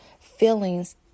feelings